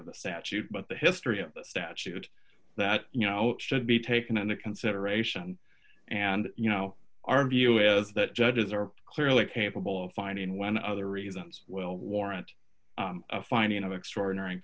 of the statute but the history of the statute that you know should be taken into consideration and you know our view is that judges are clearly capable of finding when other reasons will warrant a finding of extraordinary